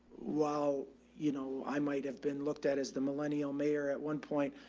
while you know, i might have been looked at as the millennial mayor at one point,